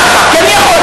ככה, כי אני יכול".